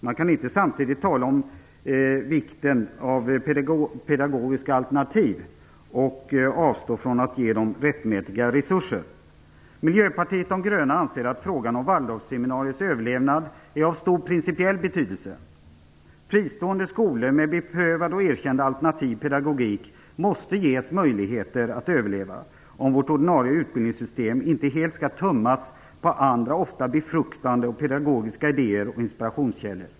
Man kan inte tala om vikten av pedagogiska alternativ och samtidigt avstå från att ge rättmätiga resurser. Miljöpartiet de gröna anser att frågan om Waldorfseminariets överlevnad är av stor principiell betydelse. Fristående skolor med beprövad och erkänd alternativ pedagogik måste ges möjligheter att överleva för att vårt ordinarie utbildningssystem inte helt skall tömmas på andra, ofta befruktande och pedagogiska, idéer och inspirationskällor.